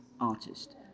artist